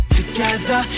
together